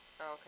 Okay